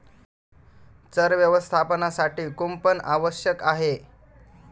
चर व्यवस्थापनासाठी कुंपण आवश्यक आहे